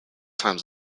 times